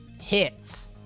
hits